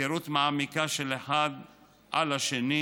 היכרות מעמיקה של אחד על השני,